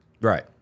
Right